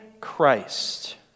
Christ